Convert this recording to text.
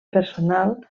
personal